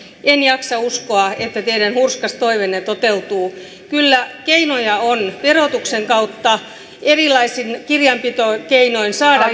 en jaksa uskoa että teidän hurskas toiveenne toteutuu kyllä keinoja on verotuksen kautta erilaisin kirjanpitokeinoin saada